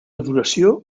duració